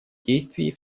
действий